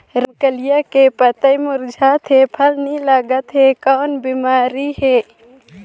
रमकलिया के पतई मुरझात हे फल नी लागत हे कौन बिमारी हे?